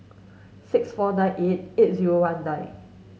six four nine eight eight zero one nine